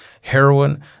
heroin